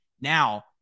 Now